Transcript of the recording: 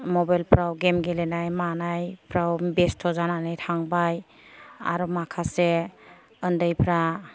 मबाइलफ्राव गेम गेलेनाय मानायफ्राव बाव बेस्थ' जानानै थांबाय आर माखासे उन्दैफ्रा